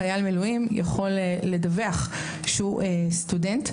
חייל המילואים יכול לדווח שהוא סטודנט,